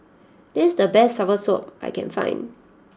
this is the best soursop I can find